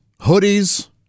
hoodies